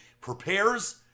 prepares